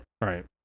Right